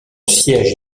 siège